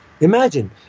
Imagine